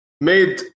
made